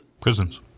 Prisons